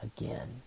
again